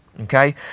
okay